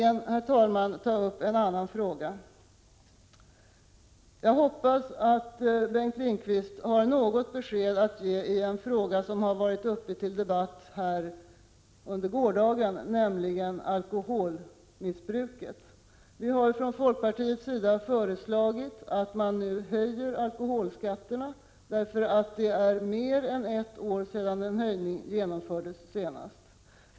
Jag vill slutligen ta upp en annan fråga. Jag hoppas att Bengt Lindqvist har något besked att ge i en fråga som var uppe till debatt under gårdagen — nämligen alkoholmissbruket. Från folkpartiets sida har vi föreslagit att man skall höja alkoholskatten. Det är mer än ett år sedan en höjning senast genomfördes.